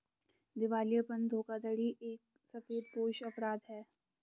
दिवालियापन धोखाधड़ी एक सफेदपोश अपराध है